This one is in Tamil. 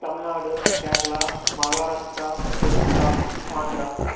தமிழ்நாடு கேரளா மகாராஷ்டிரா ஒரிசா ஆந்திரா